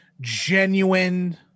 genuine